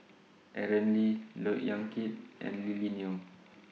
Aaron Lee Look Yan Kit and Lily Neo